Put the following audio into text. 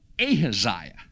Ahaziah